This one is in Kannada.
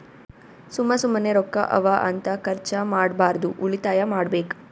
ಸುಮ್ಮ ಸುಮ್ಮನೆ ರೊಕ್ಕಾ ಅವಾ ಅಂತ ಖರ್ಚ ಮಾಡ್ಬಾರ್ದು ಉಳಿತಾಯ ಮಾಡ್ಬೇಕ್